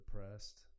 depressed